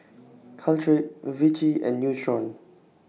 Caltrate Vichy and Nutren